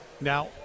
Now